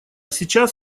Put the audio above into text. сейчас